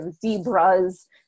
zebras